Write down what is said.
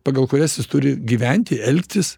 pagal kurias jis turi gyventi elgtis